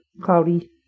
Cloudy